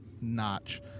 notch